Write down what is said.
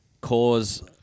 cause